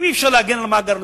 אם אי-אפשר להגן על מאגר נתונים,